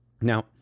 Now